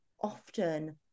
often